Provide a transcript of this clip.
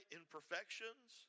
imperfections